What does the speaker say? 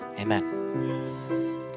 Amen